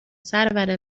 سرور